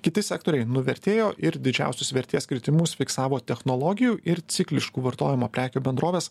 kiti sektoriai nuvertėjo ir didžiausios vertės kritimus fiksavo technologijų ir cikliškų vartojimo prekių bendrovės